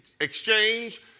exchange